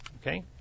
Okay